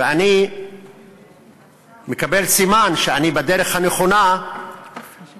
ואני מקבל סימן שאני בדרך הנכונה כאשר